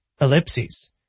ellipses